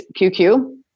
QQ